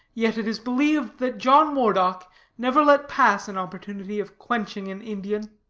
yet it is believed that john moredock never let pass an opportunity of quenching an indian.